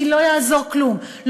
כי לא יעזור כלום,